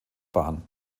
bahn